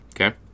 okay